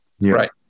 right